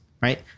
right